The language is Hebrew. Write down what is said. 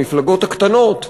המפלגות הקטנות,